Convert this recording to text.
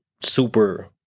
super